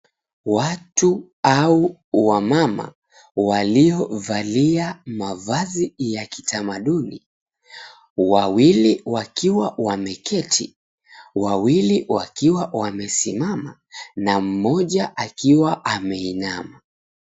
Watu au wamama waliovalia mavazi ya kitamaduni, wawili wakiwa wameketi na wawili wakiwa wamesimama na mmoja akiwa ameinama.